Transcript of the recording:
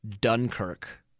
Dunkirk